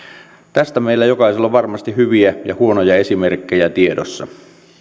tästä meillä jokaisella on varmasti hyviä ja huonoja esimerkkejä tiedossa